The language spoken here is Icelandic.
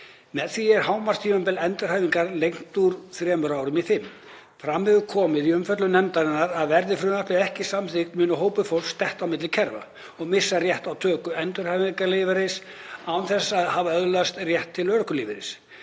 Með því er hámarkstímabil endurhæfingar lengt úr þremur árum í fimm. Fram hefur komið í umfjöllun nefndarinnar að verði frumvarpið ekki samþykkt muni hópur fólks detta á milli kerfa og missa rétt á töku endurhæfingarlífeyris án þess að hafa öðlast rétt til örorkulífeyris.